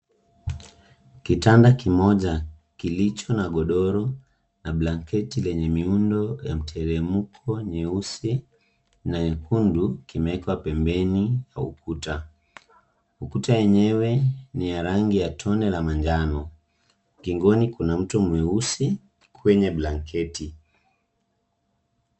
Kitanda kimoja kilicho na godoro na blanketi lenye miundo ya mteremko, nyeusi na nyekundu kimewekwa pembeni kwa ukuta. Ukuta yenyewe ni ya rangi ya tone la manjano. Ukingoni kuna mtu mweusi kwenye blanketi.